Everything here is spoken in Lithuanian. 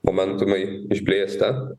momentumai išblėsta